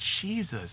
Jesus